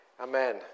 Amen